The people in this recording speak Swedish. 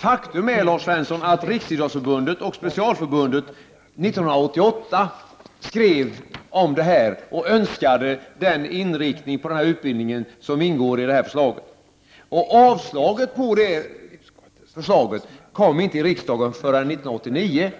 Faktum är, Lars Svensson, att Riksidrottsförbundet och Specialförbundet år 1988 skrev om detta och önskade den inriktning på den här utbildningen som ingår i detta förslag. Avslaget på detta förslag kom inte i riksdagen förrän 1989.